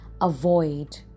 avoid